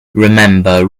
remember